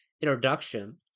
introduction